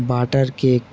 butter cake